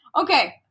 Okay